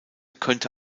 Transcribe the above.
könnte